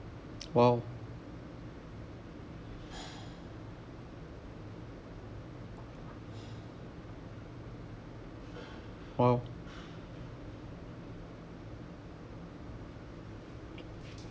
!wow! !wow!